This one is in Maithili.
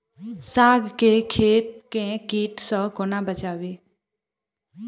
साग केँ खेत केँ कीट सऽ कोना बचाबी?